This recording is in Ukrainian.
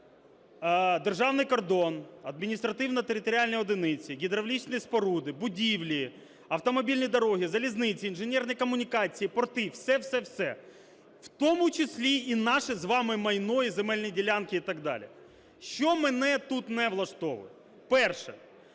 державний кордон, адміністративно-територіальні одиниці, гідравлічні споруди, будівлі, автомобільні дороги, залізниці, інженерні комунікації, порти, все-все-все. В тому числі і наше з вами майно і земельні ділянки, і так далі. Що мене тут не влаштовує? Перше.